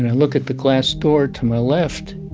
and look at the glass door to my left,